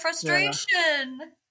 frustration